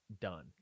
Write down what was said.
Done